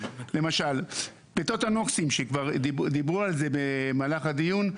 למשל פליטות הנוקסים שכבר דיברו על זה במהלך הדיון,